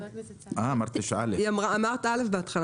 חשבתי שאמרת 9(א).